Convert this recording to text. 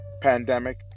pandemic